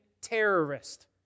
terrorist